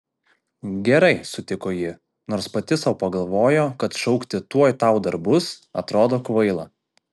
gerai sutiko ji nors pati sau pagalvojo kad šaukti tuoj tau dar bus atrodo kvaila